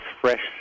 fresh